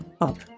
up